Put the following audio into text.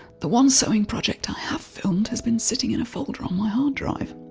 the one sewing project i have filmed has been sitting in a folder on my hard drive.